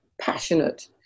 passionate